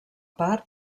part